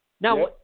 Now